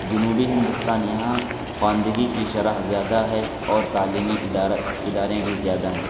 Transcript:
جنوبی ہندوستان یہاں خواندگی کی شرح زیادہ ہے اور تعلیمی ادارہ اداریں بھی زیادہ ہیں